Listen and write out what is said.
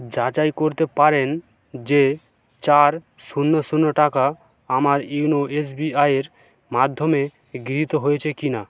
যাচাই করতে পারেন যে চার শূন্য শূন্য টাকা আমার ওনো এসবিআই এর মাধ্যমে গৃহীত হয়েছে কিনা